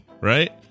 right